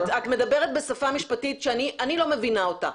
את מדברת בשפה משפטית שאני לא מבינה אותה.